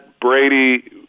Brady